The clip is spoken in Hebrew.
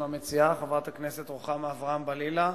עם המציעה חברת הכנסת רוחמה אברהם-בלילא,